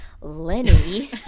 Lenny